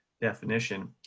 definition